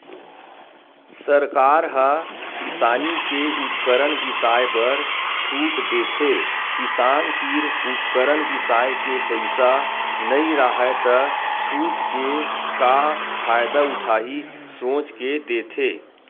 सरकार ह किसानी के उपकरन बिसाए बर छूट देथे किसान तीर उपकरन बिसाए के पइसा नइ राहय त छूट के का फायदा उठाही सोच के देथे